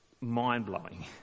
mind-blowing